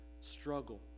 struggle